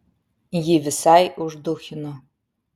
jį visai užduchino